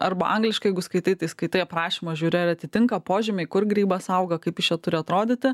arba angliškai jeigu skaitai tai skaitai aprašymą žiūri ar atitinka požymiai kur grybas auga kaip jis čia turi atrodyti